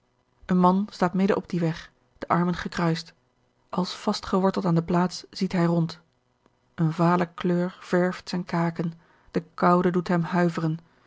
een man staat midden op dien weg de armen gekruist als vastgeworteld aan de plaats ziet hij rond eene vale kleur verwt zijne kaken de koude doet hem huiveren